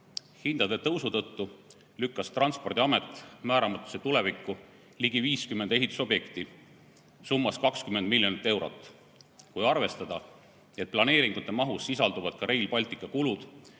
tõusu tõttu lükkas Transpordiamet määramatusse tulevikku ligi 50 ehitusobjekti summas 20 miljonit eurot. Kui arvestada, et planeeringute mahus sisalduvad ka Rail Balticu kulud,